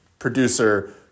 producer